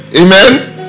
Amen